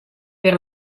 per